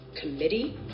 committee